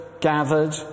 gathered